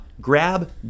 Grab